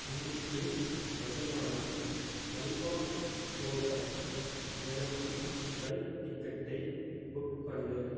இன்னிக்கு மத்தியானம் அலிபாக் போக எனக்கு ரயில் டிக்கெட்டை புக் பண்ணு